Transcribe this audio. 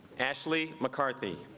ashley mccarthy